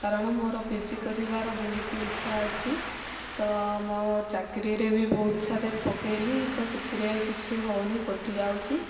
କାରଣ ମୋର ପିଜି କରିବାର ବହୁତ ଇଚ୍ଛା ଅଛି ତ ମୋ ଚାକିରିରେ ବହୁତ ସାରା ପକାଇଲି ତ ସେଥିରେ କିଛି ହେଉନି କଟିଯାଉଛି